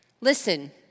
Listen